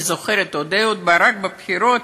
אני זוכרת עוד את אהוד ברק אומר בבחירות